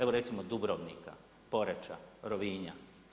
Evo recimo Dubrovnika, Poreča, Rovinja.